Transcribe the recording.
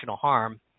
harm